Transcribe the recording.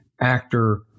actor